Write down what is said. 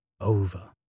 over